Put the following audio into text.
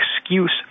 excuse